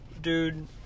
Dude